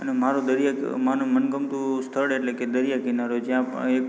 અને મારો દરિયા મારું મનગમતું સ્થળ એટલે કે દરિયા કિનારો જ્યાં એક